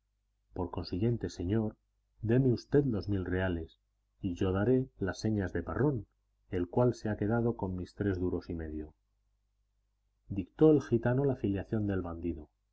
por consiguiente señor deme usted los mil reales y yo daré las señas de parrón el cual se ha quedado con mis tres duros y medio dictó el gitano la filiación del bandido